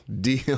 deal